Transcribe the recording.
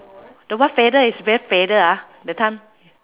the what feather is very feather ah that time